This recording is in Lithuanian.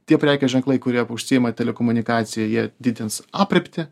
tie prekės ženklai kurie užsiima telekomunikacija jie didins aprėptį